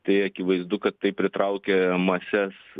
tai akivaizdu kad tai pritraukia mases